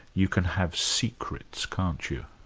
you can have secrets, can't you?